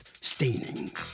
staining